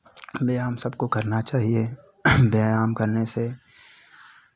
व्यायाम सबको करना चाहिए व्यायाम करने से